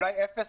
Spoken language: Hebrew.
אולי אפס,